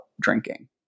drinking